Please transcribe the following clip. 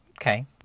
Okay